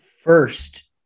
First